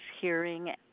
hearing